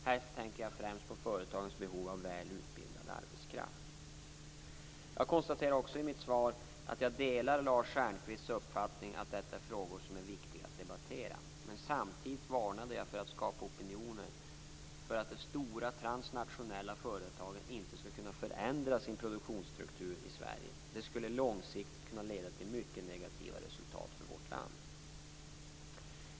Här tänker jag främst på företagens behov av väl utbildad arbetskraft. Jag konstaterade också i mitt svar att jag delar Lars Stjernkvists uppfattning att detta är frågor som är viktiga att debattera. Men samtidigt varnade jag för att skapa opinioner för att de stora transnationella företagen inte skall kunna förändra sin produktionsstruktur i Sverige. Det skulle långsiktigt kunna leda till mycket negativa resultat för vårt land.